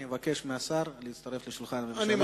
אני מבקש מהשר להצטרף לשולחן הממשלה ולהקשיב לחבר הכנסת שנלר.